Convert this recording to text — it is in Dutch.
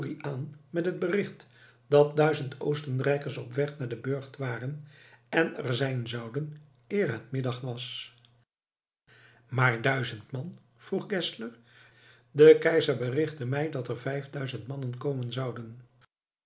met het bericht dat duizend oostenrijkers op weg naar den burcht waren en er zijn zouden eer het middag was maar duizend man vroeg geszler de keizer berichtte mij dat er vijfduizend mannen komen zouden